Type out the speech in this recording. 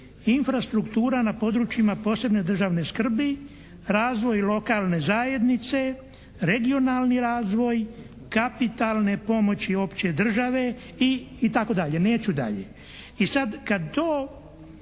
Infrastruktura na područjima posebne državne skrbi. Razvoj lokalne zajednice. Regionalni razvoj. Kapitalne pomoći opće države i, i tako dalje. Neću dalje.